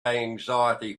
anxiety